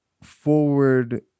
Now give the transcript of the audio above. forward